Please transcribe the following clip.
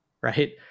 right